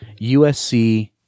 USC